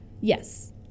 Yes